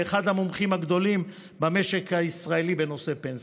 לאחד המומחים הגדולים במשק הישראלי בנושא פנסיה.